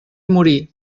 morí